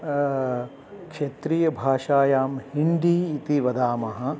क्षेत्रीयभाषायां हिन्डी इति वदामः